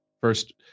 First